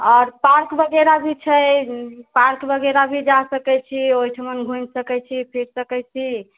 और पार्क वगैरह भी छै पार्क वगैरह भी जा सकै छी ओहिठमन घूमि सकै छी फिर सकै छी